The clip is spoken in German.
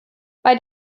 bei